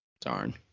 Darn